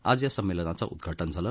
आज या संमेलनाचं उद्घाटन झालं